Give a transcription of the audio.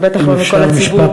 ובטח לא מכל הציבור,